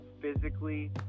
physically